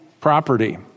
property